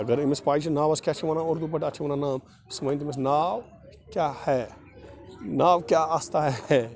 اگر أمِس پَے چھِ ناوَس کیٛاہ چھِ وَنان اُردو پٲٹھۍ اَتھ چھِ وَنان ناو سُہ وَنہِ تٔمِس ناو کیٛاہ ہے ناو کیٛاہ اَستا ہے